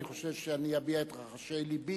אני חושב שאני אביע את רחשי לבי